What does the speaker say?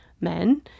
men